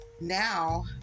now